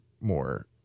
more